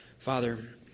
Father